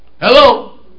Hello